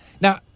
Now